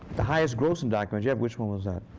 the highest-grossing documentaries, which one was that?